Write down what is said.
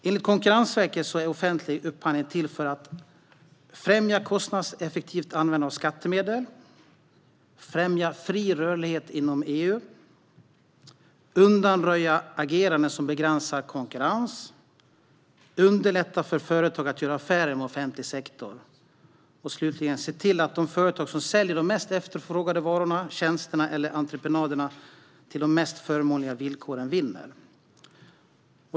Enligt Konkurrensverket är offentlig upphandling till för att främja kostnadseffektivt användande av skattemedel främja fri rörlighet inom EU undanröja ageranden som begränsar konkurrens underlätta för företag att göra affärer med offentlig sektor se till att det företag som säljer de efterfrågade varorna, tjänsterna eller entreprenaderna till de mest förmånliga villkoren vinner.